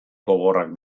gogorrak